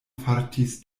fartis